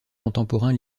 contemporain